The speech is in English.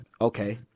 Okay